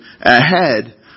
ahead